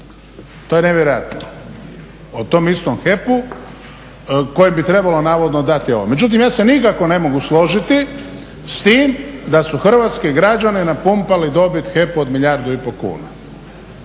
To je nevjerojatno. O tom istom HEP-u kojem bi trebalo navodno dati ovo. Međutim, ja se nikako ne mogu složiti s tim da su hrvatski građani napumpali dobit HEP-u od milijardu i pol kuna,